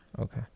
Okay